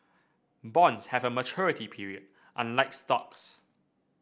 bonds have a maturity period unlike stocks